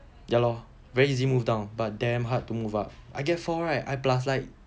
ya lor very easy move down but damn hard to move up I get four right I plus like